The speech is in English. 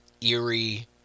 eerie